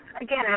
again